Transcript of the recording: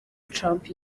trump